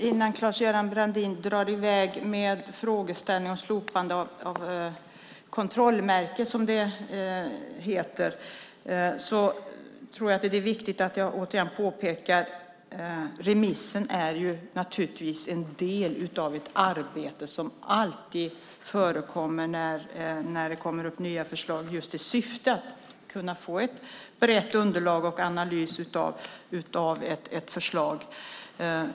Innan Claes-Göran Brandin drar i väg med frågeställningen om slopande av kontrollmärke, som det heter, tror jag att det är viktigt att jag återigen påpekar att remissen är en del av ett arbete som alltid förekommer när det kommer nya förslag i syfte att man ska få ett brett underlag och en analys av ett förslag.